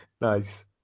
nice